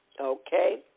Okay